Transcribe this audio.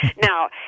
Now